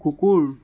কুকুৰ